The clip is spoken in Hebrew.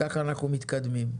כך אנחנו מתקדמים.